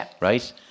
right